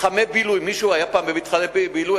מתחמי בילוי, מישהו היה פעם במתחמי בילוי?